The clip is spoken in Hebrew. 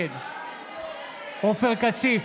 נגד עופר כסיף,